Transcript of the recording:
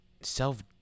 self